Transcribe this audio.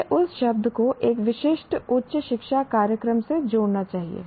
मुझे उस शब्द को एक विशिष्ट उच्च शिक्षा कार्यक्रम से जोड़ना चाहिए